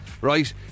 right